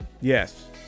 Yes